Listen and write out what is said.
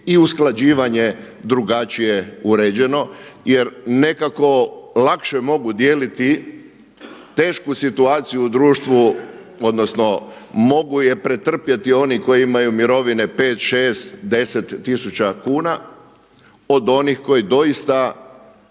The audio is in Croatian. i usklađivanje drugačije uređeno, jer nekako lakše mogu dijeliti tešku situaciju u društvu odnosno mogu je pretrpjeti oni koji imaju mirovine 5, 6, 10 tisuća kuna od onih koji doista